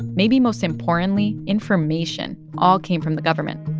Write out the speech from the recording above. maybe most importantly, information, all came from the government.